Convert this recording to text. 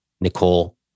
Nicole